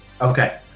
Okay